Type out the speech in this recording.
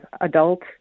adult